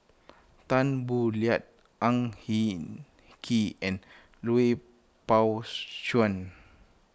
Tan Boo Liat Ang Hin Kee and Lui Pao Chuen